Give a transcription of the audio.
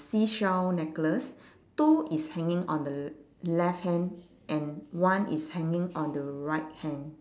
seashell necklace two is hanging on the left hand and one is hanging on the right hand